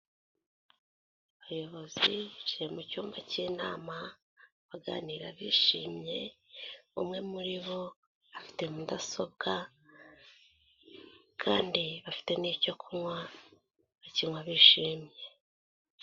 Abayobozi bicaye mu cyumba cy'inama baganira bishimye, umwe muri bo afite mudasobwa kandi afite n'icyo kunywa bakinywa bishimye.